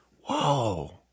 whoa